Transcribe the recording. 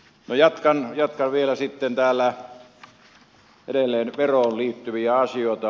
minä jatkan vielä täällä edelleen veroon liittyviä asioita